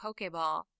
pokeball